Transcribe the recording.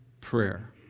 prayer